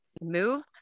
move